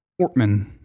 Ortman